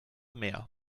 mehr